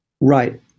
Right